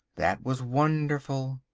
that was wonderful!